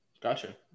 Gotcha